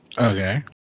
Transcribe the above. Okay